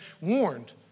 warned